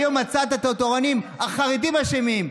היום מצאת את התורנים: החרדים אשמים.